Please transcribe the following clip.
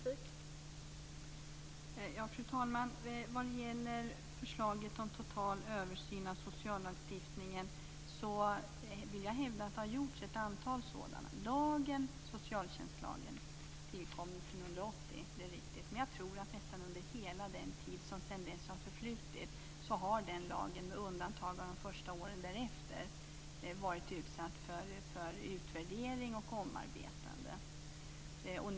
Fru talman! Vad gäller förslaget om total översyn av sociallagstiftningen vill jag hävda att ett antal sådana har gjorts. Socialtjänstlagen tillkom 1980 - det är riktigt. Men jag tror att nästan under hela den tid som sedan dess har förflutit, med undantag av de första åren därefter, så har lagen varit utsatt för utvärdering och omarbetande.